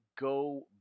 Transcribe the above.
go